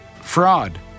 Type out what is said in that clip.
Fraud